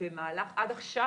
עד עכשיו,